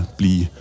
blive